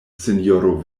sinjoro